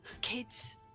kids